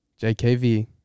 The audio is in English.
jkv